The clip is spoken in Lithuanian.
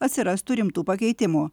atsirastų rimtų pakeitimų